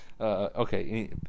okay